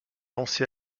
lancé